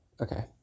Okay